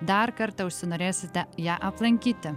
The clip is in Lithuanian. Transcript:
dar kartą užsinorėsite ją aplankyti